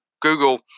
Google